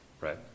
right